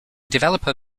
developer